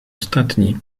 ostatni